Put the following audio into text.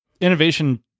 Innovation